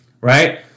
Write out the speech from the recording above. right